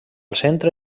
centre